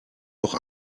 auch